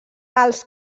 alts